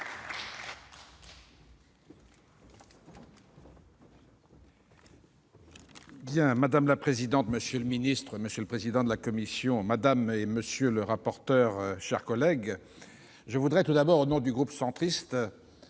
Madame la présidente, monsieur le secrétaire d'État, monsieur le président de la commission, madame, monsieur les rapporteurs, mes chers collègues, je voudrais tout d'abord, au nom du groupe Union Centriste,